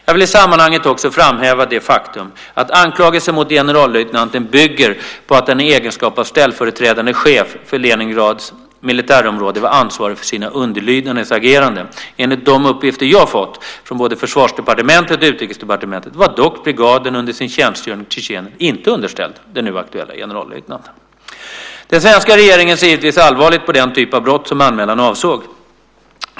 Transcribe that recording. Jag vill i sammanhanget också framhäva det faktum att anklagelsen mot generallöjtnanten bygger på att han i egenskap av ställföreträdande chef för Leningrads militärområde var ansvarig för sina underlydandes agerande. Enligt de uppgifter jag har fått från både Försvarsdepartementet och Utrikesdepartementet var dock brigaden under sin tjänstgöring i Tjetjenien inte underställd den nu aktuella generallöjtnanten. Den svenska regeringen ser givetvis allvarligt på den typ av brott som anmälan avsåg.